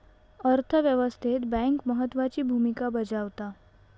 अर्थ व्यवस्थेत बँक महत्त्वाची भूमिका बजावता